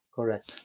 Correct